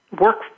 work